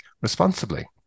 responsibly